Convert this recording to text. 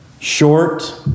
short